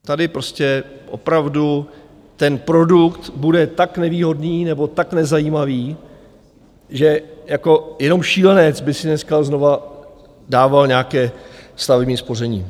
Tady prostě opravdu ten produkt bude tak nevýhodný nebo tak nezajímavý, že jako jenom šílenec by si dneska znovu dával nějaké stavební spoření.